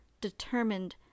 determined